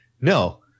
no